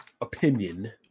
opinion